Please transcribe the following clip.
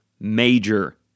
major